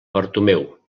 bartomeu